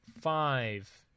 five